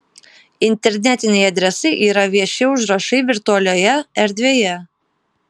internetiniai adresai yra vieši užrašai virtualioje erdvėje